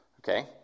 Okay